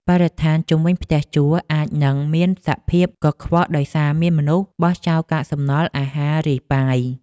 បរិស្ថានជុំវិញផ្ទះជួលអាចនឹងមានសភាពកខ្វក់ដោយសារមានមនុស្សបោះចោលកាកសំណល់អាហាររាយប៉ាយ។